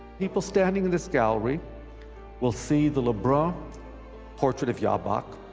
people standing in this gallery will see the le brun portrait of jabach,